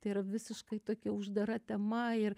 tai yra visiškai tokia uždara tema ir